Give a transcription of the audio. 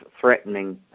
threatening